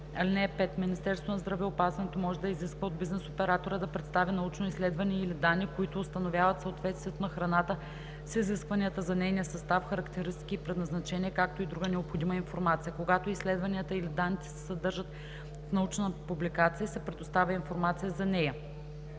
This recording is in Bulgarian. Министерството на здравеопазването може да изиска от бизнес оператора да представи научно изследване или данни, които установяват съответствието на храната с изискванията за нейния състав, характеристики и предназначение, както и друга необходима информация. Когато изследванията или данните се съдържат в научна публикация, се предоставя информация за нея.